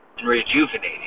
rejuvenating